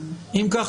אם כך,